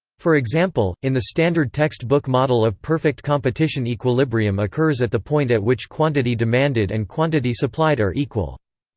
for example, in the standard text-book model of perfect competition equilibrium occurs at the point at which quantity demanded and quantity supplied are equal.